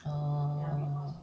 orh